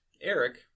Eric